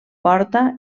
porta